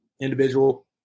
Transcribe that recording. individual